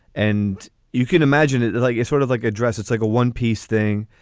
and you can imagine it like you're sort of like a dress. it's like a one piece thing.